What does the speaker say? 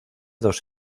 dos